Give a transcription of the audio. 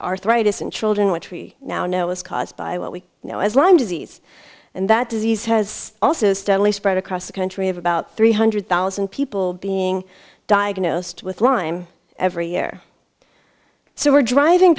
arthritis in children which we now know was caused by what we know as lyme disease and that disease has also steadily spread across the country of about three hundred thousand people being diagnosed with lyme every year so we're driving